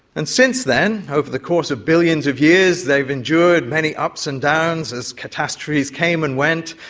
and since then over the course of billions of years they've endured many ups and downs as catastrophes came and went,